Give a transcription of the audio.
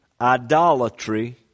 idolatry